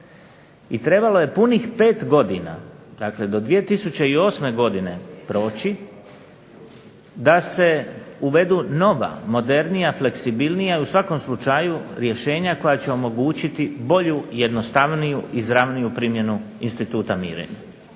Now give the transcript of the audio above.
i trebalo je punih 5 godina, dakle do 2008. godine proći da se uvedu nova, modernija, fleksibilnija u svakom slučaju rješenja koja će omogućiti bolju, jednostavniju, izravniju primjenu instituta mirenja.